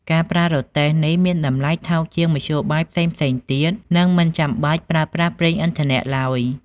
ការប្រើរទេះនេះមានតម្លៃថោកជាងមធ្យោបាយផ្សេងៗទៀត និងមិនចាំបាច់ប្រើប្រាស់ប្រេងឥន្ធនៈឡើយ។